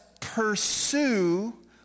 pursue